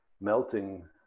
melting